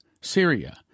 Syria